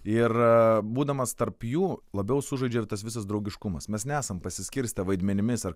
ir būdamas tarp jų labiau sužaidžia tas visas draugiškumas mes nesam pasiskirstę vaidmenimis ar